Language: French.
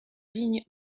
ligne